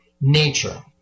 nature